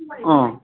ꯑꯥ